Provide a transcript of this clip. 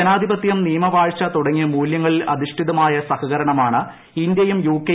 ജനാധിപത്യം നിയമവാഴ്ച തുടങ്ങിയ മൂല്യങ്ങളിൽ അധിഷ്ഠിതമായ സഹകരണമാണ് ഇന്ത്യയും യുകെ